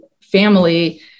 family